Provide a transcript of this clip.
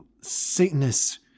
Satanists